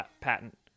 patent